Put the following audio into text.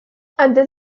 antes